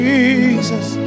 Jesus